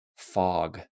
fog